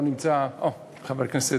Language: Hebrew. לא נמצא, אוה, חבר הכנסת,